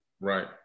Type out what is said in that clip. Right